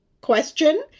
question